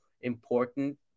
important